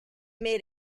made